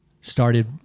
started